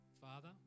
Father